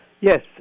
Yes